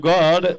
God